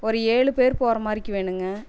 ஒரு ஏழு பேர் போகிற மாதிரிக்கு வேணுங்க